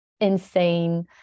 insane